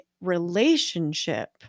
relationship